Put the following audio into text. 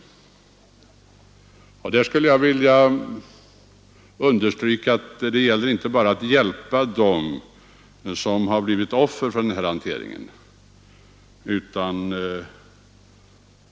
Jag vill understryka att det gäller inte bara att hjälpa dem som har blivit offer för den här hanteringen.